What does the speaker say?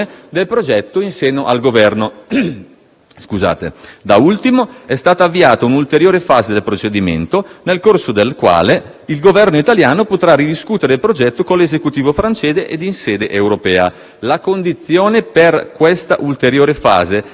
Da ultimo, è stata avviata un'ulteriore fase del procedimento, nel corso della quale il Governo italiano potrà ridiscutere il progetto con l'Esecutivo francese e in sede europea. La condizione per questa ulteriore fase è stata che essa non dovrà comportare